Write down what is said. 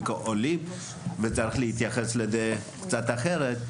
צריך להתייחס לזה קצת אחרת.